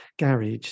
garage